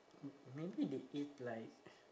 maybe they eat like